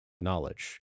knowledge